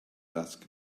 dusk